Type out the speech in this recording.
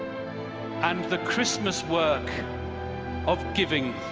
and the christmas work of giving,